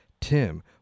Tim